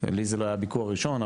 לי זה לא היה הביקור הראשון,